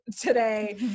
today